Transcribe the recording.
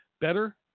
better